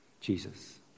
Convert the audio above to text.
Jesus